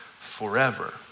forever